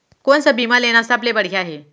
कोन स बीमा लेना सबले बढ़िया हे?